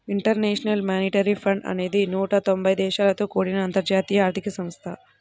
international monetary fund అనేది నూట తొంబై దేశాలతో కూడిన అంతర్జాతీయ ఆర్థిక సంస్థ